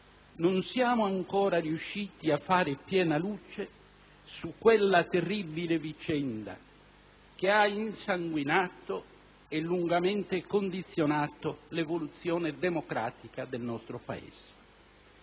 non siamo ancora riusciti a fare piena luce su quella terribile vicenda che ha insanguinato e lungamente condizionato l'evoluzione democratica del nostro Paese.